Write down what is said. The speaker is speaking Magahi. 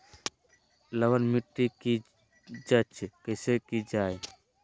लवन मिट्टी की जच कैसे की जय है?